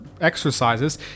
exercises